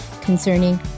concerning